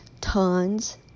tons